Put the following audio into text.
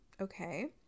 okay